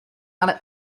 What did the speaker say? ale